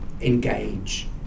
engage